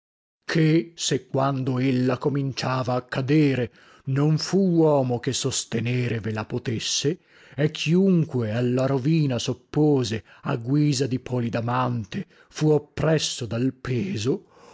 ché se quando ella cominciava a cadere non fu uomo che sostenere ve la potesse e chiunque alla rovina soppose a guisa di polidamante fu oppresso dal peso